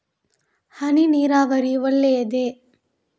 ಹನಿ ನೀರಾವರಿ ಒಳ್ಳೆಯದೇ?